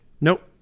Nope